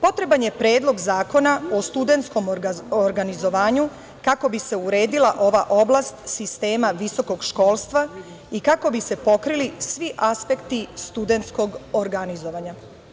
Potreban je predlog zakona o studentskom organizovanju kako bi se uredila ova oblast sistema visokog školstva i kako bi se pokrili svi aspekti studentskog organizovanja.